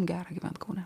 gera gyvent kaune